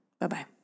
Bye-bye